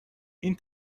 این